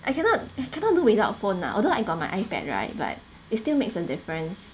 I cannot I cannot do without phone lah although I got my ipad right but it still makes a difference